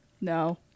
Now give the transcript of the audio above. No